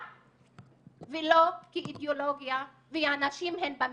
ולא כאידיאולוגיה והנשים הן במרכז.